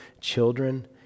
children